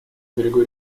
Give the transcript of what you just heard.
берегу